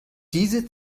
diese